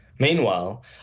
Meanwhile